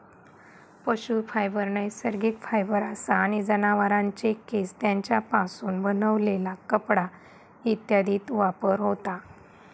पशू फायबर नैसर्गिक फायबर असा आणि जनावरांचे केस, तेंच्यापासून बनलेला कपडा इत्यादीत वापर होता